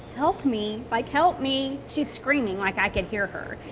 help me, like help me. she's screaming like i can hear her,